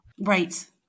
Right